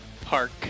Park